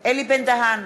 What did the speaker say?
אלי בן-דהן,